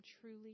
truly